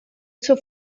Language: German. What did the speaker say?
zur